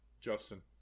Justin